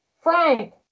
Frank